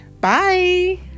Bye